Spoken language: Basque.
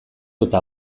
eta